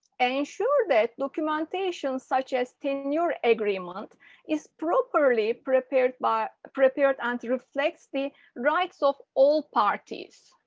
and ensure that documentation such as in your agreement is properly prepared, but prepared and reflects the rights of all parties.